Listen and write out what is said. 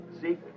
see